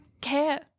care